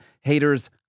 Haters